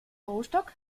rostock